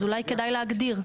אז אולי כדאי להגדיר.